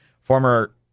Former